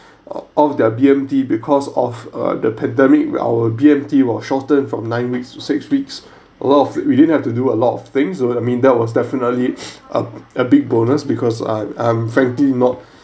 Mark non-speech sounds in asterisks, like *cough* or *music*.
of their B_M_T because of uh the pandemic our B_M_T was shortened from nine weeks to six weeks a lot of we didn't have to do a lot of things over that I mean that was definitely *breath* a b~ big bonus *breath* because I I'm frankly not